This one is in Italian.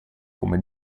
come